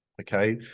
okay